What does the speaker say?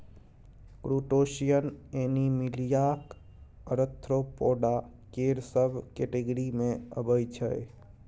crustacean एनीमिलियाक Arthropoda केर सब केटेगिरी मे अबै छै